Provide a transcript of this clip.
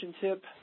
tip